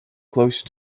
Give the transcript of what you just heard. close